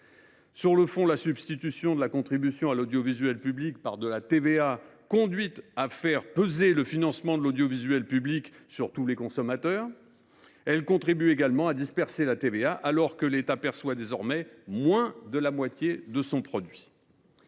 Sur le fond, la substitution de la contribution à l’audiovisuel public par de la TVA a conduit à faire peser le financement de l’audiovisuel public sur l’ensemble des consommateurs. Elle a également contribué à disperser la TVA, alors que l’État perçoit désormais moins de la moitié de son produit.